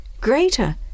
greater